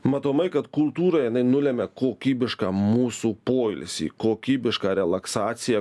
matomai kad kultūra jinai nulemia kokybišką mūsų poilsį kokybišką relaksaciją